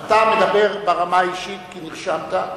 אתה מדבר ברמה האישית כי נרשמת,